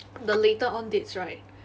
the later on dates right